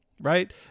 right